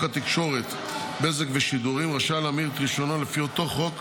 התקשורת (בזק ושידורים) רשאי להעמיד את רישיונו לפי אותו חוק